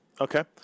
Okay